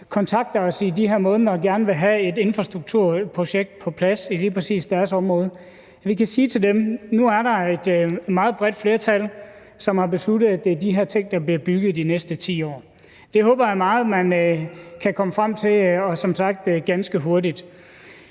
kontakter os i de her måneder og gerne vil have et infrastrukturprojekt på plads i lige præcis deres område, at nu er der et meget bredt flertal, som har besluttet, at det er de her ting, der bliver bygget de næste 10 år. Det håber jeg meget man kan komme frem til – og som sagt ganske hurtigt.